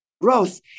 growth